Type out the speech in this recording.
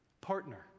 partner